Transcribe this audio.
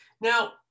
Now